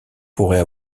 pourrait